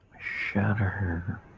shatter